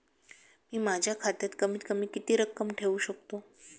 मी माझ्या खात्यात कमीत कमी किती रक्कम ठेऊ शकतो?